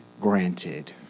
granted